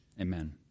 Amen